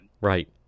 right